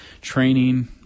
training